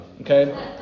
okay